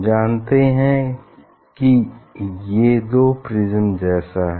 जानते हैं कि ये दो प्रिज्म जैसा है